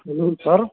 hello sir